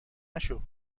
نشو